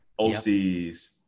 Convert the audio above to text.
OCs